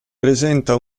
presenta